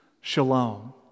Shalom